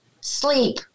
Sleep